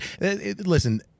Listen